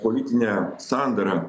politinę sandarą